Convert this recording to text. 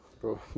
Bro